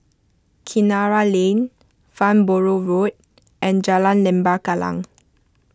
Kinara Lane Farnborough Road and Jalan Lembah Kallang